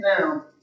now